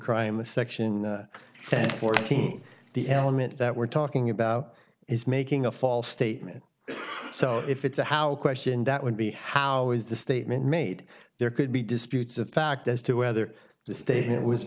crime section fourteen the element that we're talking about is making a false statement so if it's a how question that would be how is the statement made there could be disputes of fact as to whether the sta